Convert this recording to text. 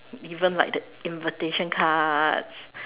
even like the invitation cards